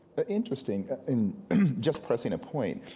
ah interesting! and just pressing a point,